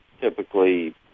typically